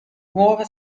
nuova